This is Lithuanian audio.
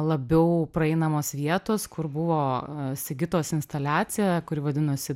labiau praeinamos vietos kur buvo sigitos instaliacija kuri vadinosi